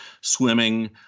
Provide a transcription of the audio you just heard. swimming